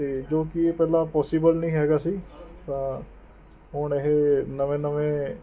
ਅਤੇ ਜੋ ਕਿ ਪਹਿਲਾਂ ਪੋਸੀਬਲ ਨਹੀਂ ਹੈਗਾ ਸੀ ਤਾਂ ਹੁਣ ਇਹ ਨਵੇਂ ਨਵੇਂ